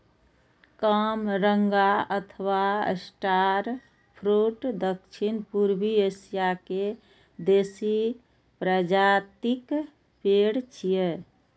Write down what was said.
कामरंगा अथवा star fruit दक्षिण पूर्वी एशिया के देसी प्रजातिक पेड़ छियै